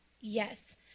yes